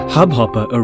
Hubhopper